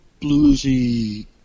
bluesy